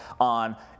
on